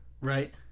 Right